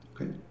Okay